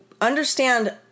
understand